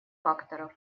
факторов